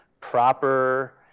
proper